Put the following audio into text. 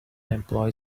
employee